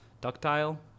ductile